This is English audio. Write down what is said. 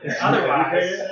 Otherwise